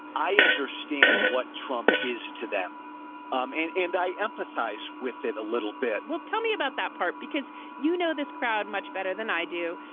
i understand what trump is to them um and and i empathize with it a little bit well, tell me about that part, because you know this crowd much better than i do,